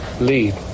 lead